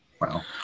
Wow